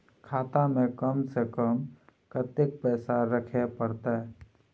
खाता में कम से कम कत्ते पैसा रखे परतै?